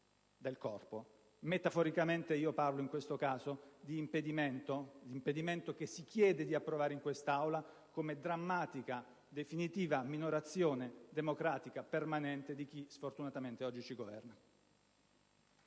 del corpo. Metaforicamente, io parlo in questo caso di impedimento - quello che si chiede di approvare in quest'Aula - come drammatica, definitiva minorazione democratica permanente di chi sfortunatamente oggi ci governa.